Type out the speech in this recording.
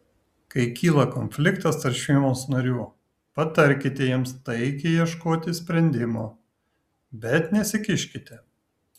kai kyla konfliktas tarp šeimos narių patarkite jiems taikiai ieškoti sprendimo bet nesikiškite